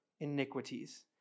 iniquities